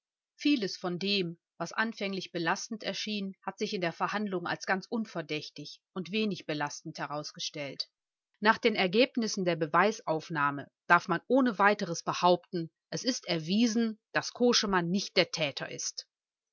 vieles von dem was anfänglich belastend erschien hat sich in der verhandlung als ganz unverdächtig und wenig belastend herausgestellt nach den ergebnissen der beweisaufnahme darf man ohne weiteres behaupten es ist erwiesen daß koschemann nicht der täter ist